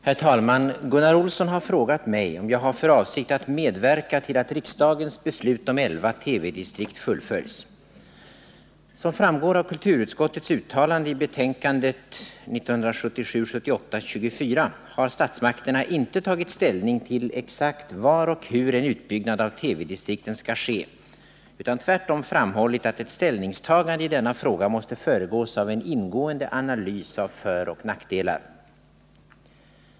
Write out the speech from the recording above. Herr talman! Gunnar Olsson har frågat mig om jag har för avsikt att medverka till att riksdagens beslut om elva TV-distrikt fullföljs. Som framgår av kulturutskottets uttalande i betänkandet KrU 1977/78:24 s. 31 har statsmakterna inte tagit ställning till exakt var och hur en utbyggnad av TV-distrikten skall ske, utan tvärtom framhållit att ett ställningstagande i denna fråga måste föregås av en ingående analys av föroch nackdelar.